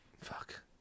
fuck